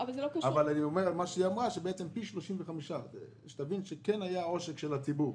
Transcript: אם זה פי 35, כן היה עושק של הציבור.